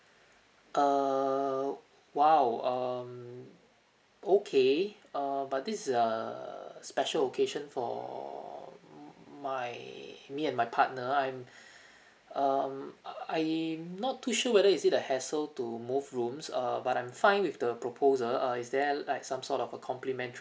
err !wow! um okay uh but this is a special occasion for my me and my partner I'm um uh I'm not too sure whether is it a hassle to move rooms uh but I'm fine with the proposal uh is there like some sort of a complimentary